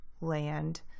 land